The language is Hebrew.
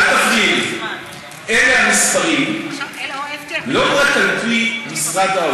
חברת הכנסת יעל פארן.